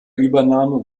übernahme